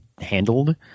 handled